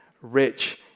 rich